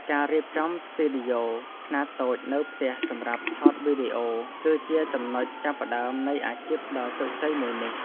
ការរៀបចំស្ទីឌីយ៉ូខ្នាតតូចនៅផ្ទះសម្រាប់ថតវីដេអូ គឺជាចំណុចចាប់ផ្តើមនៃអាជីពដ៏ជោគជ័យមួយនេះ។